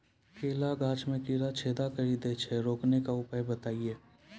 केला गाछ मे कीड़ा छेदा कड़ी दे छ रोकने के उपाय बताइए?